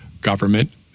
government